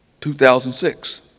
2006